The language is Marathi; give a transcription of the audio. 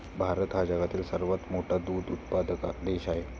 भारत हा जगातील सर्वात मोठा दूध उत्पादक देश आहे